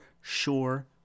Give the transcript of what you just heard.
sure